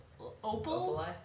Opal